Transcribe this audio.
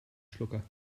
schlucker